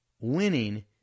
Winning